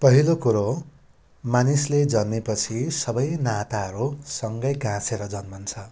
पहिलो कुरो मानिसले जन्मेपछि सबै नाताहरू सँगै गाँसेर जन्मन्छ